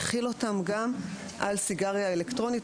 הכיל אותם גם על סיגריה אלקטרונית.